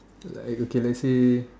like okay let's say